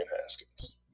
Haskins